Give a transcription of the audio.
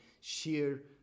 sheer